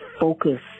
focus